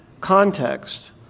Context